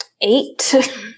eight